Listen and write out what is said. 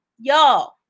y'all